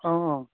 औ औ